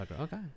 Okay